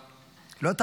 לא.